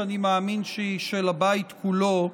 שאני מאמין שהיא של הבית כולו,